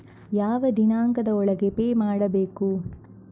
ಯಾವ ದಿನಾಂಕದ ಒಳಗೆ ಪೇ ಮಾಡಬೇಕು?